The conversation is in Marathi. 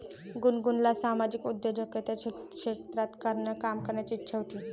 गुनगुनला सामाजिक उद्योजकतेच्या क्षेत्रात काम करण्याची इच्छा होती